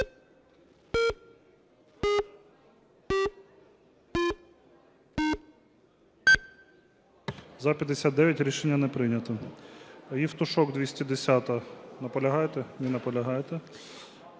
За-59 Рішення не прийнято. Євтушок, 210-а. Наполягаєте? Не наполягаєте.